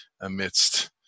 amidst